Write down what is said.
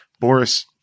Boris